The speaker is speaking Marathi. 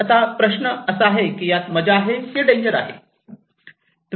आता प्रश्न असा आहे यात मजा आहे किंवा डेंजर आहे